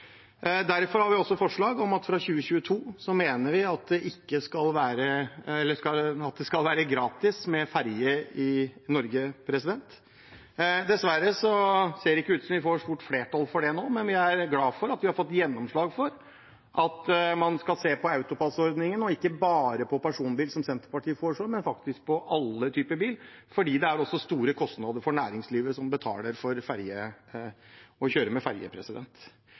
Derfor har vi også forslag om at det fra 2022 skal være gratis med ferje i Norge. Dessverre ser det ikke ut som om vi får flertall for det nå, men vi er glad for at vi har fått gjennomslag for at man skal se på AutoPASS-ordningen, og ikke bare på personbil, som Senterpartiet foreslår, men på alle typer bil, for det utgjør også store kostnader for næringslivet å betale for å kjøre med ferje.